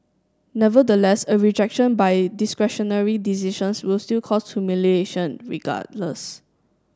nevertheless a rejection by discretionary decisions will still cause humiliation regardless